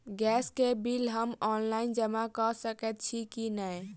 Gas केँ bill हम online जमा कऽ सकैत छी की नै?